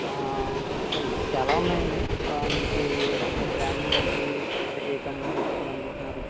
okay అండి చాలా ఉన్నాయండి మీకు ఏ బ్రాండ్ ను బట్టి అదే ఏ కంపెనీ తీసుకోవాలనుకుంటున్నారు